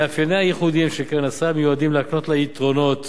מאפייניה הייחודיים של קרן הסל מיועדים להקנות לה יתרונות